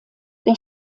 der